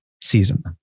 season